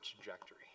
trajectory